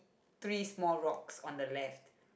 three small rocks on the left